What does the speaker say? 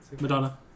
Madonna